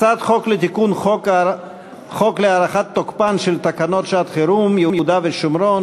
הצעת חוק להארכת תוקפן של תקנות שעת-חירום (יהודה והשומרון,